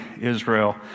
Israel